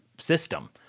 system